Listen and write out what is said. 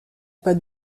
pas